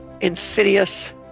insidious